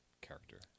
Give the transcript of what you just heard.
character